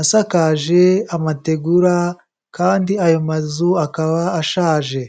asakaje amategura kandi ayo mazu akaba ashaje.